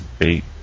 eight